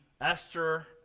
esther